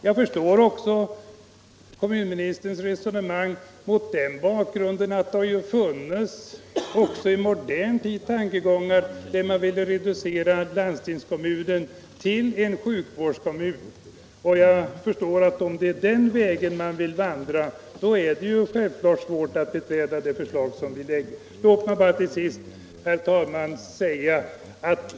Jag förstår kommunministerns resonemang mot den bakgrunden att det även i modern tid har funnits tankar på att reducera landstingskommunen till en sjukvårdskommun. Om det är den vägen man vill vandra är det självfallet svårt att biträda vårt förslag.